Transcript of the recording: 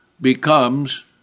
becomes